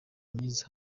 myiza